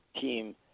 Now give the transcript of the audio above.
team